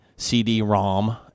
CD-ROM